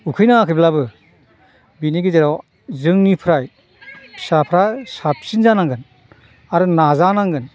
उखै नाङाखैब्लाबो बेनि गेजेराव जोंनिफ्राय फिसाफोरा साबसिन जानांगोन आरो नाजानांगोन